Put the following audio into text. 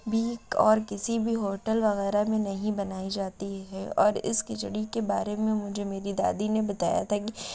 بھی اور کسی بھی ہوٹل وغیرہ میں نہیں بنائی جاتی ہے اور اس کھچڑی کے بارے میں مجھے میری دادی نے بتایا تھا کہ